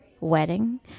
wedding